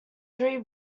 three